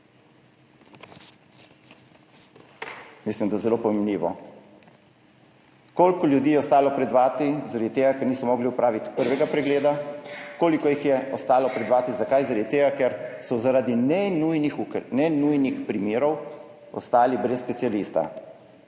Mislim, da je zelo pomenljivo. Koliko ljudi je ostalo pred vrati zaradi tega, ker niso mogli opraviti prvega pregleda? Koliko jih je ostalo pred vrati – zakaj? Zaradi tega ker so zaradi nenujnih primerov ostali brez specialista.